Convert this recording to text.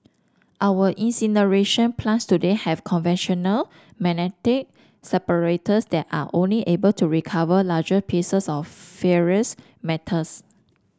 our incineration plants today have conventional magnetic separators that are only able to recover larger pieces of ferrous metals